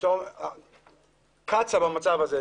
אשתו קצה במצב הזה.